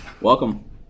Welcome